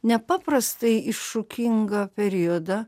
nepaprastai iššūkingą periodą